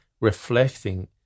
reflecting